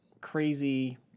crazy